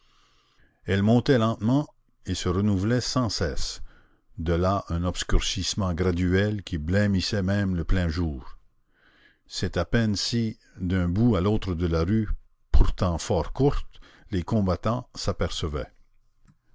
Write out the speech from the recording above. elle montait lentement et se renouvelait sans cesse de là un obscurcissement graduel qui blêmissait même le plein jour c'est à peine si d'un bout à l'autre de la rue pourtant fort courte les combattants s'apercevaient